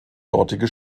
dortige